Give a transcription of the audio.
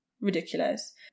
Ridiculous